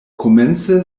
komence